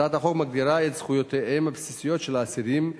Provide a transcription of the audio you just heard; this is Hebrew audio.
הצעת החוק מגדירה את זכויותיהם הבסיסיות של האסירים,